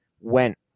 went